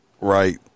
right